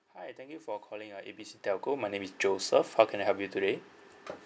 hi thank you for calling uh A B C telco my name is joseph how can I help you today